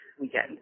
weekend